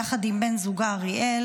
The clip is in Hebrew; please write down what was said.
יחד עם בן זוגה אריאל,